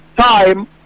time